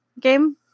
game